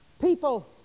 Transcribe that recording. people